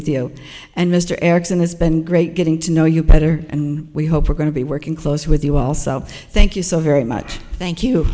with you and mr erickson has been great getting to know you better and we hope we're going to be working closely with you also thank you so very much thank you